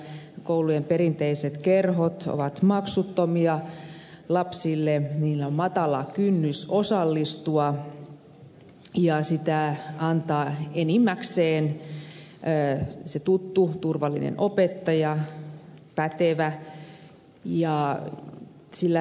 koulujen perinteiset kerhot ovat maksuttomia lapsille niille on matala kynnys osallistua ja niitä pitää enimmäkseen se tuttu turvallinen pätevä opettaja